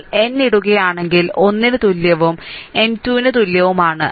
നിങ്ങൾ n ഇടുകയാണെങ്കിൽ 1 ന് തുല്യവും n 2 ന് തുല്യവുമാണ്